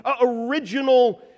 original